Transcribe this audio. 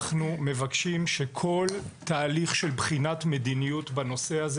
אנחנו מבקשים שכל תהליך של בחינת מדיניות בנושא הזה